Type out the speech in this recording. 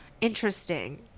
interesting